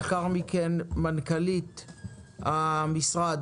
לאחר מכן מנכ"לית המשרד,